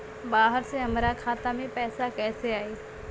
बाहर से हमरा खाता में पैसा कैसे आई?